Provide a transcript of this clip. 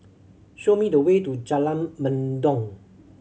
show me the way to Jalan Mendong